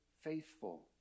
faithful